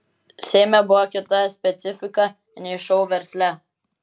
seime buvo kita specifika nei šou versle